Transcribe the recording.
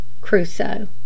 Crusoe